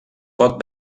pot